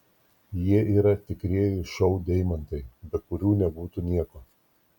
jie yra tikrieji šou deimantai be kurių nebūtų nieko